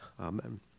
Amen